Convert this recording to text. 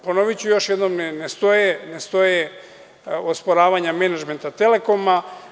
Ponoviću još jednom, ne stoje osporavanja menadžmenta Telekoma.